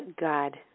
God